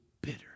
bitter